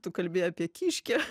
tu kalbi apie kiškę